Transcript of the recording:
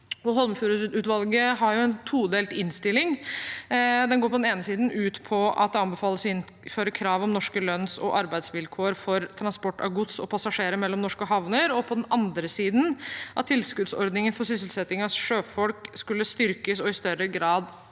Holmefjord-utvalget har en todelt innstilling. Den går på den ene siden ut på at det anbefales å innføre et krav om norske lønns- og arbeidsvilkår for transport av gods og passasjerer mellom norske havner, og på den andre siden at tilskuddsordningen for sysselsetting av sjøfolk styrkes og i større grad enn